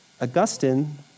Augustine